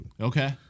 Okay